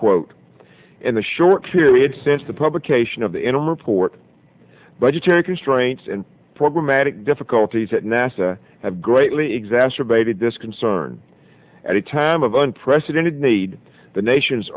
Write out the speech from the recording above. quote in the short period since the publication of the interim report budgetary constraints programmatic difficulties at nasa have greatly exacerbated this concern at a time of unprecedented need the nation